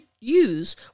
use